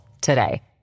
today